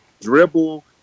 dribble